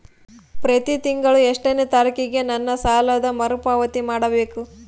ಪ್ರತಿ ತಿಂಗಳು ಎಷ್ಟನೇ ತಾರೇಕಿಗೆ ನನ್ನ ಸಾಲದ ಮರುಪಾವತಿ ಮಾಡಬೇಕು?